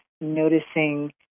Noticing